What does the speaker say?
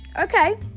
Okay